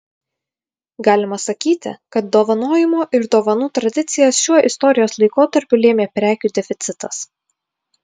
galima sakyti kad dovanojimo ir dovanų tradicijas šiuo istorijos laikotarpiu lėmė prekių deficitas